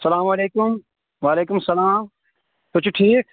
سلامُ علیکم وعلیکم سلام تُہۍ چھِو ٹھیٖک